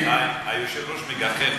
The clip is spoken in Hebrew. חיימ'קה, היושב-ראש מגחך.